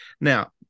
Now